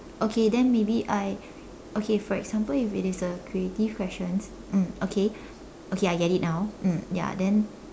okay then maybe I okay for example if it is a creative question mm okay okay I get it now mm ya then